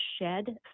shed